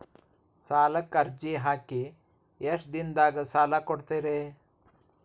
ಸಾಲಕ ಅರ್ಜಿ ಹಾಕಿ ಎಷ್ಟು ದಿನದಾಗ ಸಾಲ ಕೊಡ್ತೇರಿ?